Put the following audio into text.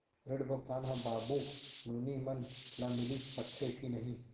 ऋण भुगतान ह बाबू नोनी मन ला मिलिस सकथे की नहीं?